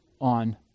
on